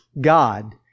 God